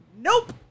nope